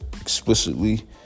explicitly